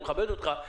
אני מכבד אותך.